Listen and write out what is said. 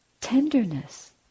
tenderness